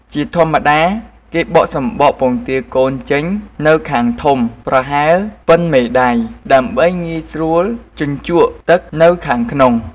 ជាធម្មតា គេបកសំបកពងទាកូនចេញនៅខាងធំ ប្រហែលប៉ុនមេដៃ ដើម្បីងាយស្រួលជញ្ជក់ទឹកនៅខាងក្នុង។